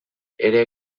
ere